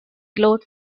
glowed